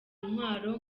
intwaro